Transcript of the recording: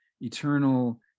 eternal